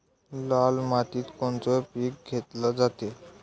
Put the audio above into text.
लाल मातीत कोनचं पीक घेतलं जाते?